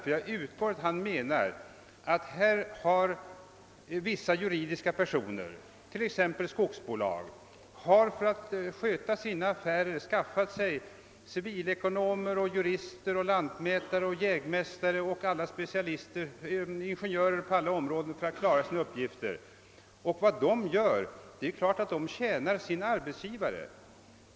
Jag utgår från att han menar att vissa juridiska personer, t.ex. skogsbolag, för att sköta sina affärer har anställt civilekonomer, jurister, lantmätare, jägmästare, ingenjörer och specialister på alla områden. Det är klart att de tjänar sin arbetsgivare.